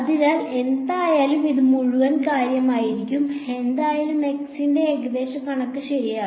അതിനാൽ എന്തായാലും ഇത് മുഴുവൻ കാര്യമായിരുന്നു എന്തായാലും x ന്റെ ഏകദേശ കണക്ക് ശരിയാണ്